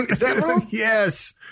Yes